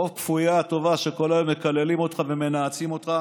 רוב כפויי הטובה שכל היום מקללים אותך ומנאצים אותך